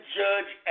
judge